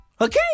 Okay